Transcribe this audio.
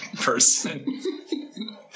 person